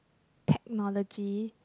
technology